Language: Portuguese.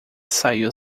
saiu